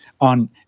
on